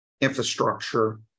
infrastructure